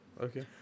Okay